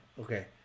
okay